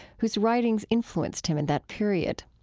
whose writings influenced him in that period.